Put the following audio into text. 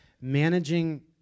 managing